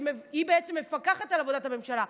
שהיא בעצם מפקחת על עבודת הממשלה.